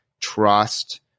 trust